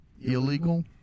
illegal